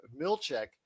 milchek